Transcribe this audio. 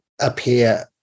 appear